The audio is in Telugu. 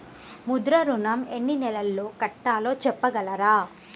ముద్ర ఋణం ఎన్ని నెలల్లో కట్టలో చెప్పగలరా?